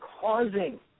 causing